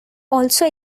also